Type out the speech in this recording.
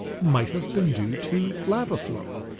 might have been due to lava flow.